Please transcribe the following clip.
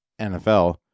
NFL